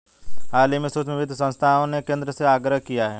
हाल ही में सूक्ष्म वित्त संस्थाओं ने केंद्र से आग्रह किया है